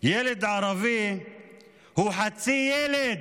ילד ערבי הוא חצי ילד,